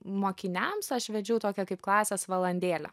mokiniams aš vedžiau tokią kaip klasės valandėlę